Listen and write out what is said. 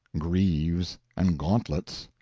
greaves, and gauntlets,